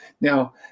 Now